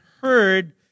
heard